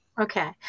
Okay